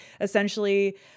essentially